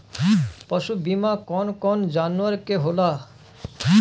पशु बीमा कौन कौन जानवर के होला?